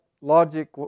logic